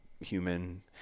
human